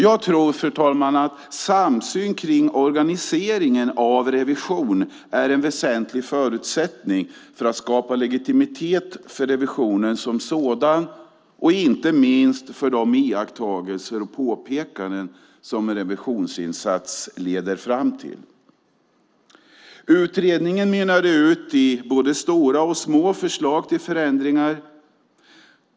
Jag tror, fru talman, att samsyn kring organiseringen av revision är en väsentlig förutsättning för att skapa legitimitet för revisionen som sådan och inte minst för de iakttagelser och påpekanden som en revisionsinsats leder fram till. Utredningen mynnade ut i både stora och små förslag till förändringar.